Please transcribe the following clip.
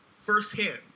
firsthand